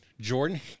Jordan